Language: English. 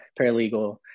paralegal